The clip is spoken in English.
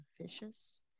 vicious